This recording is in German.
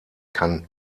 kann